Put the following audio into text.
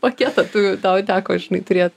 paketo tu tau teko žinai turėt